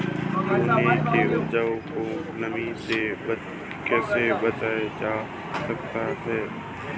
चने की उपज को नमी से कैसे बचाया जा सकता है?